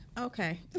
Okay